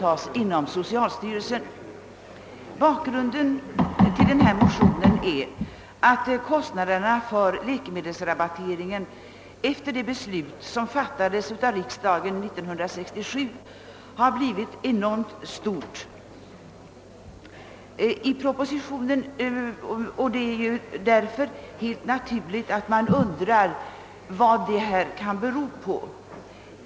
Vi begär däri att en un-' grunden till motionerna är att kostnaderna för läkemedelsrabatteringen efter riksdagens beslut 1967 har blivit enormt stora. Det är naturligt att vi har undrat vad detta kan ha berott på.